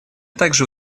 также